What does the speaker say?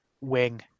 wing